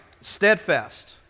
steadfast